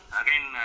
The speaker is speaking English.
again